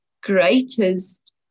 greatest